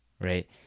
right